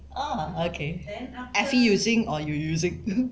ah okay effie using or you using